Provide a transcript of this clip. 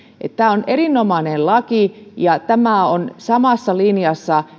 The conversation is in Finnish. tämä on erinomainen laki ja tämä on samassa linjassa